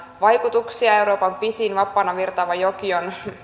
vaikutuksia euroopan pisin vapaana virtaava joki on